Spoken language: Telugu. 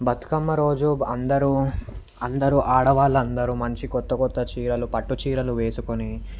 బతుకమ్మ రోజు అందరూ అందరూ ఆడవాళ్ళందరూ మంచి కొత్త కొత్త చీరలు పట్టు చీరలు వేసుకొని